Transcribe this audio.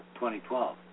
2012